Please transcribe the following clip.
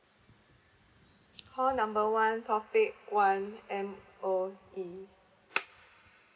call number one topic one M_O_E